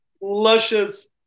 luscious